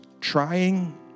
trying